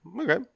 Okay